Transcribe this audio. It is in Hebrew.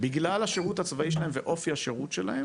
בגלל השירות הצבאי שלהם ואופי השירות שלהם,